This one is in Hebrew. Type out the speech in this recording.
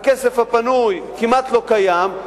הכסף הפנוי כמעט לא קיים,